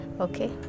okay